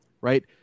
right